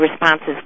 responses